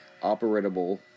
operatable